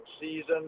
season